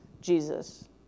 Jesus